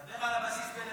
דבר על הבסיס בנבטים,